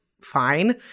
fine